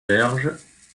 berges